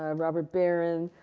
um robert baron,